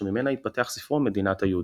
שממנה יתפתח ספרו "מדינת היהודים".